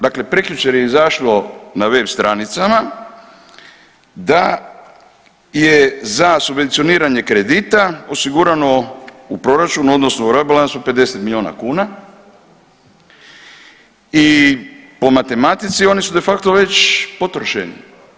Dakle, prekjučer je izašlo na web stranicama da je za subvencioniranje kredita osigurano u proračunu, odnosno u rebalansu 50 milijuna kuna i po matematici oni su de facto već potrošeni.